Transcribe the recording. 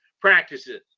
practices